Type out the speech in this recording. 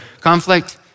conflict